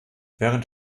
während